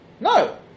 No